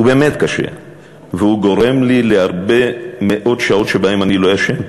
הוא באמת קשה והוא גורם לי הרבה מאוד שעות שבהן אני לא ישן.